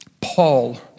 Paul